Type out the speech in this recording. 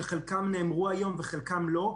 שחלקם נאמרו היום וחלקם לא,